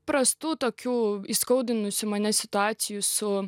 prastų tokių įskaudinusių mane situacijų su